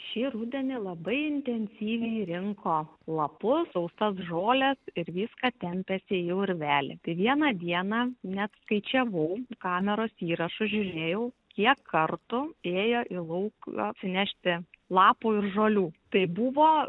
šį rudenį labai intensyviai rinko lapus sausas žoles ir viską tempėsi į urvelį tik vieną dieną net skaičiavau kameros įrašus žiūrėjau kiek kartų ėjo į lauką atsinešti lapų ir žolių tai buvo